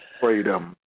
freedom